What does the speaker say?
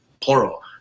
plural